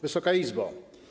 Wysoka Izbo!